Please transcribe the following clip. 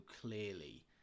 clearly